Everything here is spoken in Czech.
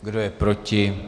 Kdo je proti?